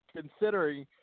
considering –